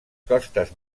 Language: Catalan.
costes